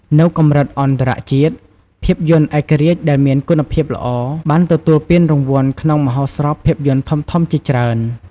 នៅកម្រិតអន្តរជាតិ ភាពយន្តឯករាជ្យដែលមានគុណភាពល្អបានទទួលពានរង្វាន់ក្នុងមហោស្រពភាពយន្តធំៗជាច្រើន។